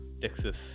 Texas